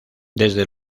desde